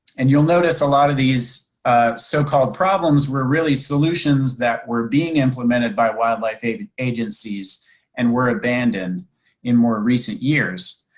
and you'll notice a lot of these so called problems were really solutions that were being implemented by wildlife agencies and were abandoned in more recent years.